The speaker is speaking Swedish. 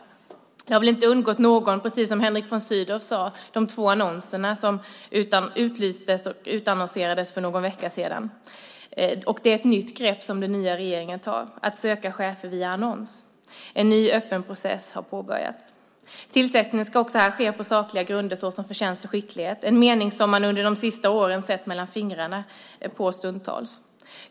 De två annonserna där tjänsterna utlystes för någon vecka sedan, precis som Henrik von Sydow sade, har väl inte undgått någon. Att söka chefer via annons är ett nytt grepp som regeringen tar. En ny öppen process har påbörjats. Tillsättningen ska ske på sakliga grunder, såsom förtjänst och skicklighet. Det har man under de sista åren stundtals sett mellan fingrarna med.